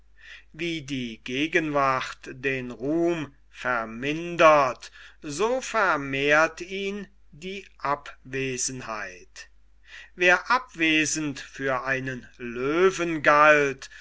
wie die gegenwart den ruhm vermindert so vermehrt ihn die abwesenheit wer abwesend für einen löwen galt